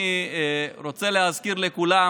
אני רוצה להזכיר לכולם